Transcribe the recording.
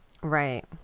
Right